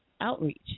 outreach